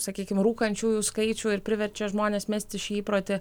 sakykim rūkančiųjų skaičių ir priverčia žmones mesti šį įprotį